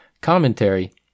commentary